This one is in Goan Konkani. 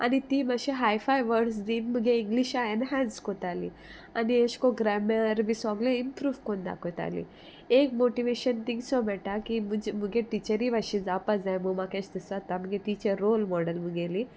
आनी ती मातशी हाय फाय वर्ड्स दी मुगे इंग्लिशा एनहान्स कोत्ताली आनी एशे कोन्न ग्रॅमर बी सोगलें इमप्रूव कोन्न दाखयतालीं एक मोटिवेशन थिंगसो मेयटा की मुगे टिचरी भाशे जावपा जाय मुगो म्हाका एशें दिसोता मुगे तिचेर रोल मॉडल मुगेली